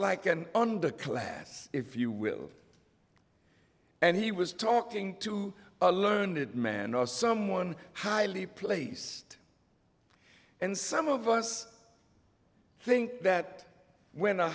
like an underclass if you will and he was talking to a learned man or someone highly placed and some of us think that when a